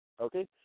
Okay